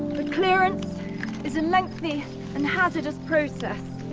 the clearance is a lengthy and hazardous process.